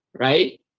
right